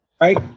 right